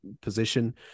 position